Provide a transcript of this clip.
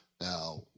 Now